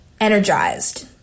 energized